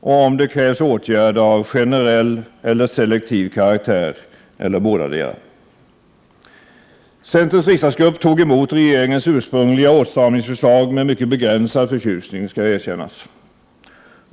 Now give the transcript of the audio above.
och om det krävs åtgärder av generell eller selektiv karaktär eller bådadera. Centerns riksdagsgrupp tog emot regeringens ursprungliga åtstramningsförslag med mycket begränsad förtjusning, det skall erkännas.